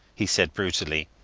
he said brutally.